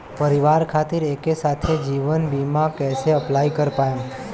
परिवार खातिर एके साथे जीवन बीमा कैसे अप्लाई कर पाएम?